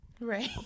Right